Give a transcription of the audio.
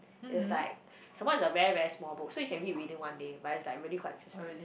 is like some more is a very very small book so you can read within one day but is like really quite interesting